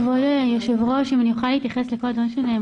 כבוד היושבת-ראש, אני יכולה להתייחס למה שנאמר?